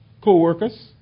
co-workers